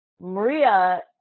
Maria